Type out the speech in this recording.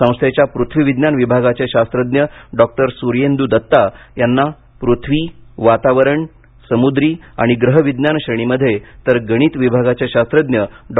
संस्थेच्या पृथ्वी विज्ञान विभागाचे शास्त्रज्ञ डॉ सुर्येंद्र दत्ता यांना पृथ्वी वातावरण समुद्री आणि ग्रह विज्ञान श्रेणीमध्ये तर गणित विभागाचे शास्त्रज्ञ डॉ